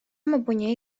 mempunyai